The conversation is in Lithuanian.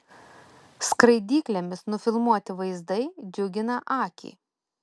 skraidyklėmis nufilmuoti vaizdai džiugina akį